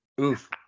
Oof